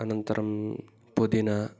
अनन्तरं पुदिन